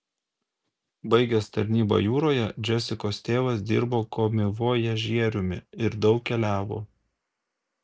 baigęs tarnybą jūroje džesikos tėvas dirbo komivojažieriumi ir daug keliavo